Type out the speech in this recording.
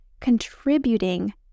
contributing